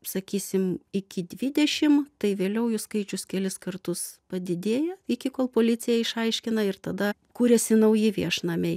sakysim iki dvidešim tai vėliau jų skaičius kelis kartus padidėja iki kol policija išaiškina ir tada kuriasi nauji viešnamiai